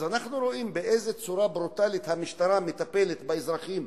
אנחנו רואים באיזו צורה ברוטלית המשטרה מטפלת באזרחים,